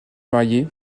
marier